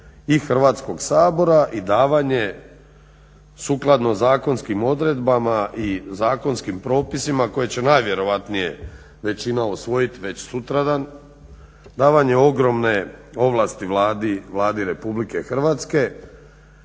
Hrvatskog sabora i davanje sukladno zakonskim odredbama i zakonskim propisima koje će najvjerojatnije većina usvojit već sutradan, davanje ogromne ovlasti Vladi Republike Hrvatske